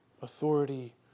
authority